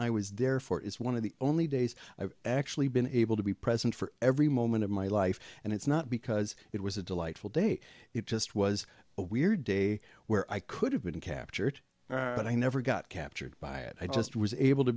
i was there for is one of the only days i've actually been able to be present for every moment of my life and it's not because it was a delightful day it just was a weird day where i could have been captured but i never got captured by it i just was able to